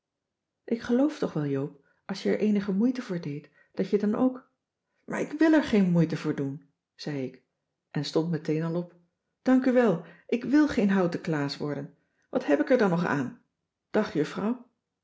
ik geloof toch wel joop als je er eenige moeite voor deedt dat je dan ook maar ik wl er geen moeite voor doen zei ik en stond meteen al op dank u wel ik wl geen houten klaas worden wat heb ik er dan nog aan dag juffrouw